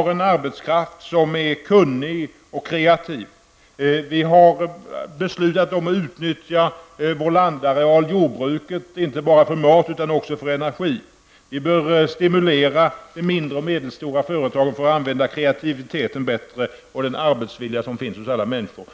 och en arbetskraft som är kunnig och kreativ. Vi har beslutat om att utnyttja vår landareal i jordbruket inte bara för mat, utan också för energi. De mindre och medelstora företagen bör stimuleras för att bättre kunna utnyttja kreativiteten och den arbetsvilja som finns hos alla människor.